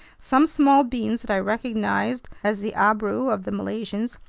some small beans that i recognized as the abrou of the malaysians,